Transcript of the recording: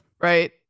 right